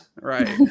Right